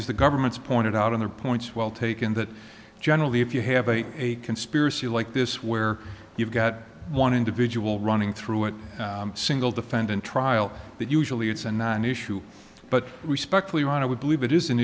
is the government's pointed out on the points well taken that generally if you have a a conspiracy like this where you've got one individual running through a single defendant trial that usually it's a non issue but respectfully when i would believe it is an